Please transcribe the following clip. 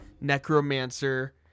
Necromancer